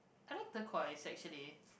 I like tequila actually